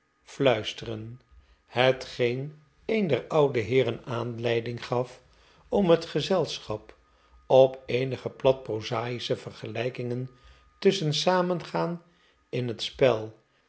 hetgeen een der oude heeren aanieiding gaf r om het gezelschap op eenige plat proza'ische vergelijkingen tusschen samengaan in bet spel